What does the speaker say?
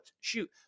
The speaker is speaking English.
Shoot